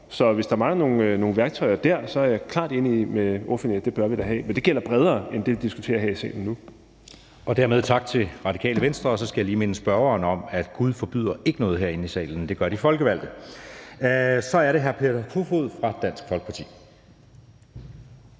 Så hvis der mangler nogle værktøjer dér, er jeg klart enig med ordføreren i, at det bør vi da have, men det gælder bredere end det, vi diskuterer her i salen nu. Kl. 11:08 Anden næstformand (Jeppe Søe): Dermed tak til Radikale Venstre. Så skal jeg lige minde spørgeren om, at Gud ikke forbyder noget herinde i salen; det gør de folkevalgte. Så er det hr. Peter Kofod fra Dansk Folkeparti.